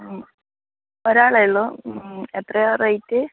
ഒരാളേ ഉള്ളൂ എത്രയാണ് റേറ്റ്